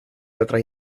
otras